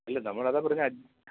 അല്ല നമ്മൾ അതാ പറഞ്ഞത്